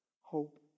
hope